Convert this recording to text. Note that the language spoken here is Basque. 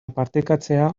partekatzea